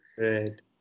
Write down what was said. Right